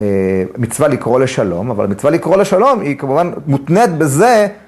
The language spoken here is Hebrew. מצווה לקרוא לשלום, אבל מצווה לקרוא לשלום היא כמובן מותנית בזה